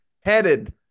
Headed